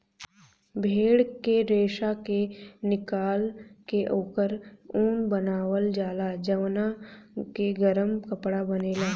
भेड़ के रेशा के निकाल के ओकर ऊन बनावल जाला जवना के गरम कपड़ा बनेला